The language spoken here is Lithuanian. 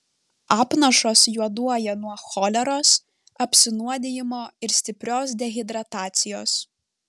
apnašos juoduoja nuo choleros apsinuodijimo ir stiprios dehidratacijos